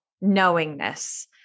knowingness